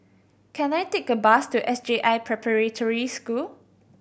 can I take a bus to S J I Preparatory School